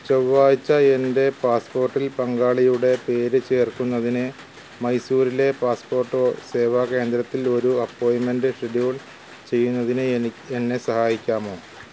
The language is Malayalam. ചൊവ്വാഴ്ച്ച എന്റെ പാസ്പ്പോട്ടിൽ പങ്കാളിയുടെ പേര് ചേർക്കുന്നതിന് മൈസൂരിലെ പാസ്പ്പോട്ട് സേവാ കേന്ദ്രത്തിൽ ഒരു അപ്പോയിൻമെൻ്റ് ഷെഡ്യൂൾ ചെയ്യുന്നതിന് എന്നെ സഹായിക്കാമോ